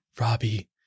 Robbie